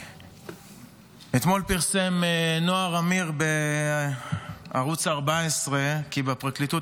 אתמול פרסם נועם אמיר בערוץ 14 כי בפרקליטות